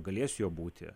galės juo būti